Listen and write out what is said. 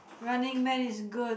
Running Man is good